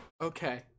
Okay